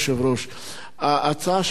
ההצעה שלך להביא את זה לדיון בוועדת